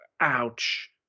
ouch